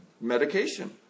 medication